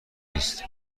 نیست